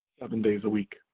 seven days a week.